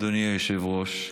אדוני היושב-ראש,